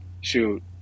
shoot